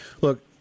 Look